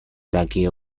такие